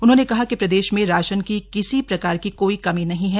उन्होंने कहा कि प्रदेश में राशन की किसी प्रकार की कोई कमी नहीं है